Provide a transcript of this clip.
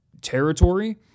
territory